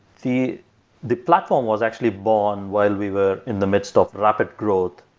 the the platform was actually born while we were in the midst of rapid growth.